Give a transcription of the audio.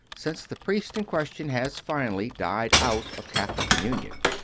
since the priest in ques tion has, finally, died out of catholic communion.